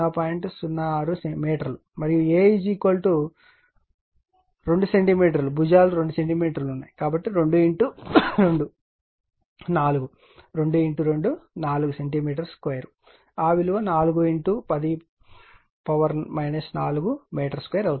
06 metre మరియు A భుజాలు 2 సెంటీమీటర్లు కాబట్టి 2 2 4 2 2 4 సెంటీమీటర్ 2 ఆ విలువ 4 10 4 మీటర్2 అవుతుంది